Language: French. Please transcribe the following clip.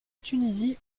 tunisie